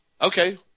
Okay